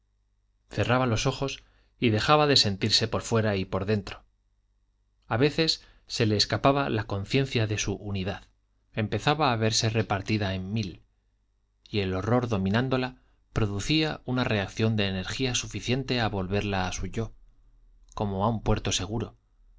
cerraba los ojos y dejaba de sentirse por fuera y por dentro a veces se le escapaba la conciencia de su unidad empezaba a verse repartida en mil y el horror dominándola producía una reacción de energía suficiente a volverla a su yo como a un puerto seguro